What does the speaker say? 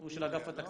הוא של אגף התקציבים.